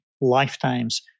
lifetimes